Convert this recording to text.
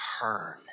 turn